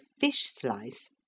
fish-slice